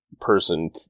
person